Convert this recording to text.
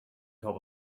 top